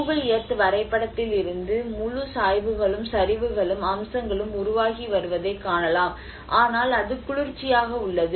Google Earth வரைபடத்திலிருந்து முழு சாய்வுகளும் சரிவுகளும் அம்சங்களும் உருவாகி வருவதைக் காணலாம் ஆனால் அது குளிர்ச்சியாக உள்ளது